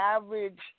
average